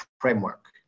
framework